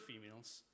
females